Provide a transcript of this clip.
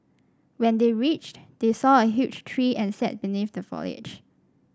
when they reached they saw a huge tree and sat beneath the foliage